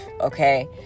okay